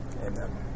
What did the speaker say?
amen